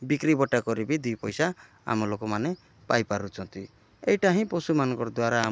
ବିକ୍ରି ବଟା କରି ବି ଦୁଇ ପଇସା ଆମ ଲୋକମାନେ ପାଇ ପାରୁଛନ୍ତି ଏଇଟା ହିଁ ପଶୁମାନଙ୍କ ଦ୍ୱାରା ଆମର